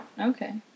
Okay